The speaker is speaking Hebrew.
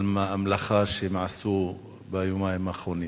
על המלאכה שהם עשו ביומיים האחרונים.